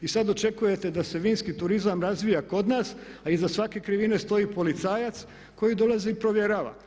I sad očekujete da se vinski turizam razvija kod nas a iza svake krivine stoji policajac koji dolazi i provjerava.